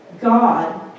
God